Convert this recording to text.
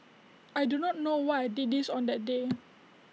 I do not know why I did this on that day